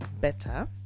better